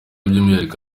by’umwihariko